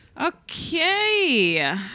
Okay